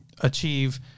achieve